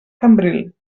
cambril